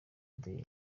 day